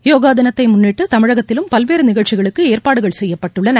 யோகா தினத்தை முன்னிட்டு தமிழகத்திலும் பல்வேறு நிகழ்ச்சிகளுக்கு ஏற்பாடுகள் செய்யப்பட்டுள்ளன